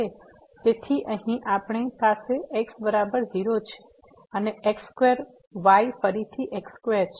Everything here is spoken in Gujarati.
તેથી અહીં આપણી પાસે x બરાબર 0 છે અને x2 y ફરીથી x2 છે